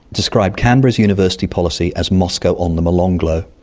described canberra's university policy as moscow on the molonglo,